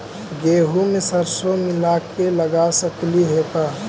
गेहूं मे सरसों मिला के लगा सकली हे का?